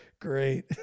Great